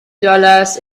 dollars